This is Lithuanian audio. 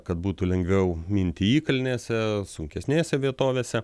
kad būtų lengviau minti įkalnėse sunkesnėse vietovėse